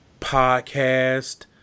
podcast